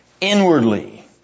inwardly